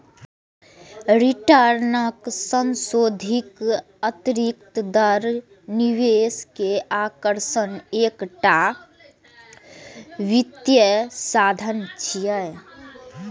रिटर्नक संशोधित आंतरिक दर निवेश के आकर्षणक एकटा वित्तीय साधन छियै